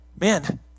Man